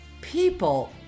people